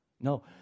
No